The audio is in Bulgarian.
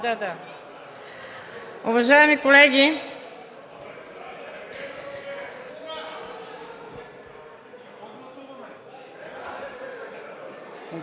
да, да. Уважаеми колеги!